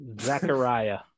Zachariah